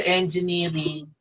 engineering